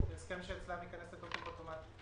זה הסכם שאצלם ייכנס לתוקף אוטומטית.